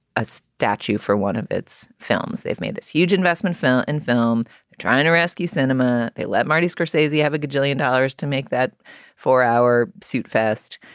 a statue for one of its films, they've made this huge investment film and film trying to rescue cinema. they let marty scorsese, you have a kajillion dollars to make that for our suit fast.